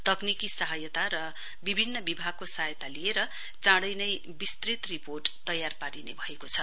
तकनिकी सहायता र विभिन्न विभागको सहायता लिएर चाँडै नै विस्तृत रिपोर्ट तयार पारिने भएको छ